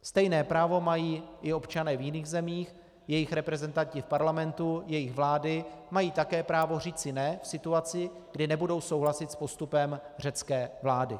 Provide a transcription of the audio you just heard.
Stejné právo mají i občané v jiných zemích, jejich reprezentanti v parlamentu, jejich vlády mají také právo říci ne v situaci, kdy nebudou souhlasit s postupem řecké vlády.